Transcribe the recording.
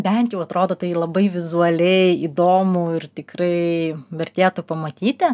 bent jau atrodo tai labai vizualiai įdomu ir tikrai vertėtų pamatyti